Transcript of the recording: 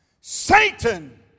Satan